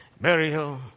Burial